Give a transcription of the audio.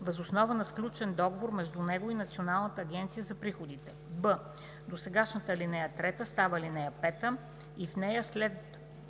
въз основа на сключен договор между него и Националната агенция за приходите.“; б) досегашната ал. 3 става ал. 5 и в нея след